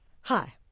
Hi